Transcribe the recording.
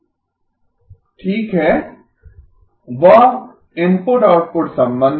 ठीक है वह इनपुट आउटपुट संबंध है